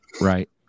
right